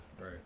Right